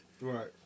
Right